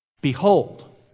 Behold